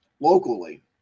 Locally